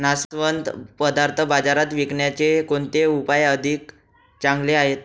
नाशवंत पदार्थ बाजारात विकण्याचे कोणते उपाय अधिक चांगले आहेत?